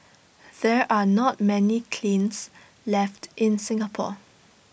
there are not many kilns left in Singapore